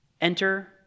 Enter